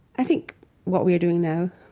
i think what we are doing now